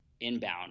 inbound